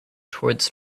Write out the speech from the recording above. towards